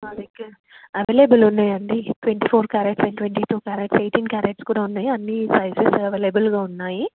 మా దగ్గర అవైలబుల్ ఉన్నాయండి twenty four carats twenty four carats eighteen carats కూడా ఉన్నాయి అన్నీ సైజెస్ అవైలబుల్గా ఉన్నాయి